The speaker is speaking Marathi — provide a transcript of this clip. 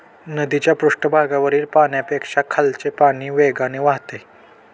नदीच्या पृष्ठभागावरील पाण्यापेक्षा खालचे पाणी वेगाने वाहते